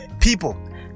people